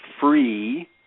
free